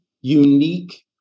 unique